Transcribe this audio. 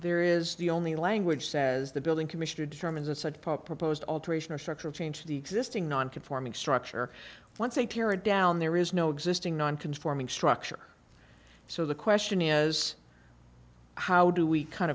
there is the only language says the building commissioner determines in such a proposed alteration or structural change to the existing non conforming structure once they tear it down there is no existing non conforming structure so the question is how do we kind